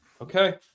Okay